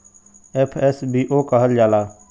FSBO कहल जाला